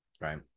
Right